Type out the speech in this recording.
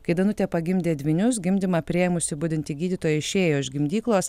kai danutė pagimdė dvynius gimdymą priėmusi budinti gydytoja išėjo iš gimdyklos